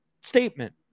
statement